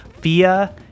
Fia